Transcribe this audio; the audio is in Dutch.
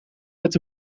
met